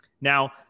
Now